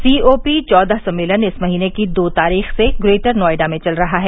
सी O P चौदह सम्मेलन इस महीने की दो तारीख से ग्रेटर नोएडा में चल रहा है